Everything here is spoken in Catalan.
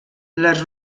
les